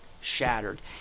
shattered